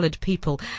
People